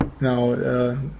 Now